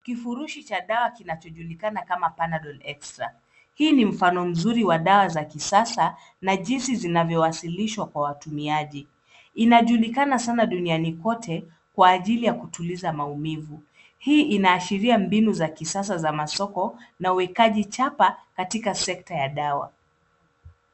Kifurushi cha dawa kinachojulikana kama panadol extra . Hii ni mfano mzuri wa madawa ya kisasa yanayowasilishwa kwa watumiaji. Inajulikana sana duniani kote kwa ajili ya kutuliza maumivu. Hii inaashiria mbinu za kisasa za masoko na uwekaji chapa katika sekta ya madawa.